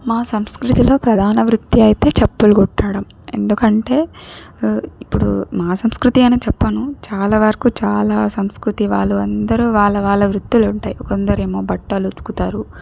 మా సంస్కృతిలో ప్రధానవృత్తి అయితే చెప్పులు కుట్టడం ఎందుకంటే ఇప్పుడు మా సంస్కృతి అనే చెప్పను చాలా వరకు చాలా సంస్కృతి వాళ్ళు అందరూ వాళ్ళ వాళ్ళ వృత్తులు ఉంటాయి కొందరేమో బట్టలుతుకుతారు